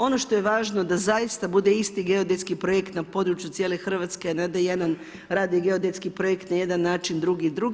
Ono što je važno da zaista bude isti geodetski projekt na području cijele Hrvatske, a ne da jedan radi geodetski projekt na jedan način, drugi drugi.